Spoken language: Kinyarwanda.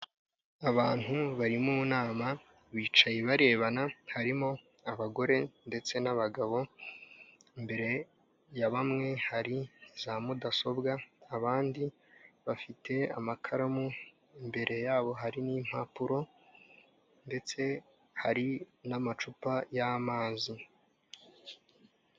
Abantu bari mu nama bicaye barebana harimo abagore ndetse n'abagabo, imbere ya bamwe hari za mudasobwa, abandi bafite amakaramu imbere yabo hari n'impapuro ndetse hari n'amacupa y'amazi.